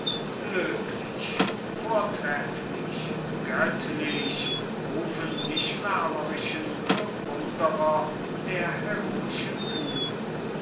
vortrefflich göttlich rufen die schwärmerischen bewunderer der heroischen tugend wir